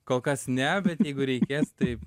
kol kas ne bet jeigu reikės taip